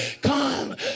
come